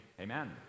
amen